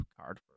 card